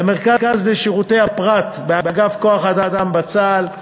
למרכז לשירותי הפרט באגף כוח-אדם בצה"ל.